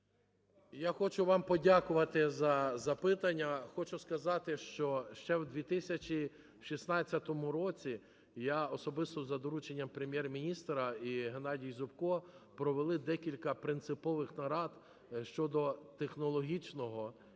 Я хочу вам подякувати за запитання. Хочу сказати, що ще в 2016 році я особисто за дорученням Прем'єр-міністра і Геннадія Зубка провели декілька принципових нарад щодо технологічного